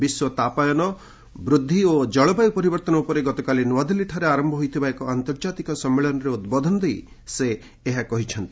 ବିଶ୍ୱ ତାପାୟନ ବୃଦ୍ଧି ଓ ଜଳବାୟୁ ପରିବର୍ତ୍ତନ ଉପରେ ଗତକାଲି ନୂଆଦିଲ୍ଲୀଠାରେ ଆରମ୍ଭ ହୋଇଥିବା ଏକ ଆନ୍ତର୍ଜାତିକ ସମ୍ମିଳନୀରେ ଉଦ୍ବୋଧନ ଦେଇ ସେ ଏହା କହିଛନ୍ତି